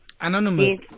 Anonymous